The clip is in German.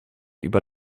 über